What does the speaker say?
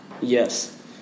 Yes